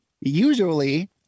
usually